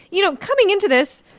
you know, coming into this,